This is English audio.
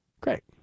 Great